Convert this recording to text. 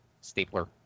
stapler